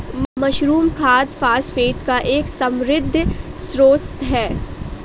mushroom खाद phosphate का एक समृद्ध स्रोत है